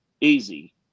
easy